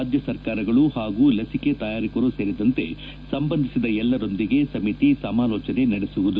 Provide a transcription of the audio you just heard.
ರಾಜ್ಯ ಸರ್ಕಾರಗಳು ಹಾಗೂ ಲಸಿಕೆ ತಯಾರಕರು ಸೇರಿದಂತೆ ಸಂಬಂಧಿಸಿದ ಎಲ್ಲರೊಂದಿಗೆ ಸಮಿತಿ ಸಮಾಲೋಚನೆ ನಡೆಸುವುದು